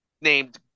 named